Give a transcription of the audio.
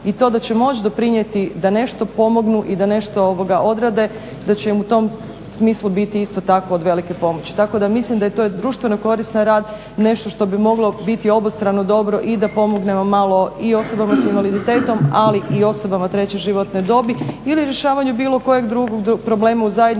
i to da će moći doprinijeti da nešto pomognu i da nešto odrade da će im u tom smislu biti isto tako od velike pomoći. Tako da mislim da je to društveno koristan rad, nešto što bi moglo biti obostrano dobro i da pomognemo malo i osobama sa invaliditetom ali i osobama treće životne dobi ili rješavanju bilo kojeg drugog problema u zajednici